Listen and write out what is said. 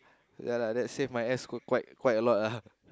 ya lah that's save my ass quite quite a lot ah